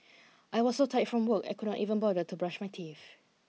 I was so tired from work I could not even bother to brush my teeth